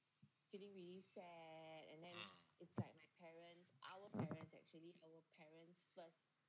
(uh huh)